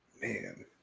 Man